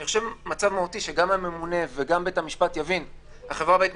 אני חושב שזה מצב מהותי שגם הממונה וגם בית המשפט יבינו איך תתנהל